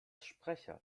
sprecher